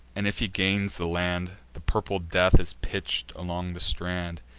and, if he gains the land, the purple death is pitch'd along the strand.